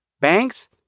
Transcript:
Banks